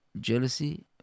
Jealousy